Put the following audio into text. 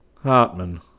Hartman